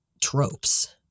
tropes